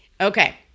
Okay